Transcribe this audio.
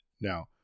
Now